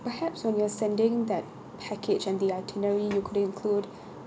perhaps when you are sending that package and the itinerary you could include